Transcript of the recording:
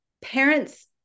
Parents